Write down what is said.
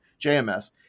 JMS